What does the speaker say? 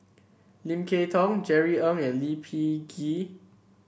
Lim Kay Tong Jerry Ng and Lee Peh Gee